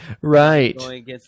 right